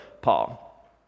Paul